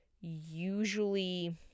usually